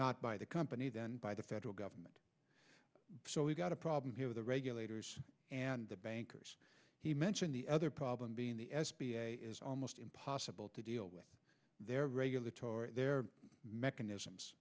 not by the company then by the federal government so we've got a problem here with the regulators and the bankers he mentioned the other problem being the s b a is almost impossible to deal with their regulatory their mechanisms